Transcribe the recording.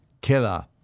killer